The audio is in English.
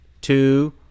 two